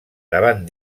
davant